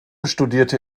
studierte